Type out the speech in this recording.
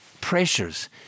pressures